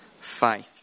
faith